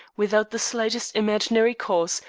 without the slightest imaginary cause,